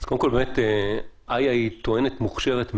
קודם כול באמת איה היא טוענת מוכשרת מאוד,